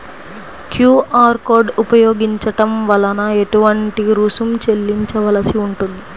QR code ఉపయోగించటం వలన ఏటువంటి రుసుం చెల్లించవలసి ఉంటుంది?